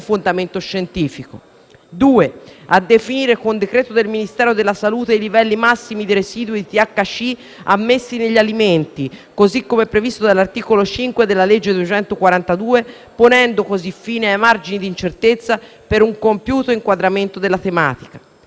2) a definire, con decreto del Ministero della salute, i livelli massimi di residui di THC ammessi negli alimenti così come previsto dall'articolo 5 della legge n. 242 del 2016, ponendo così fine ai margini di incertezza per un compiuto inquadramento della tematica;